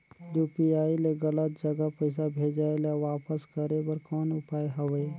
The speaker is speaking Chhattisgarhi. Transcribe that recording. यू.पी.आई ले गलत जगह पईसा भेजाय ल वापस करे बर कौन उपाय हवय?